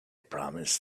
promised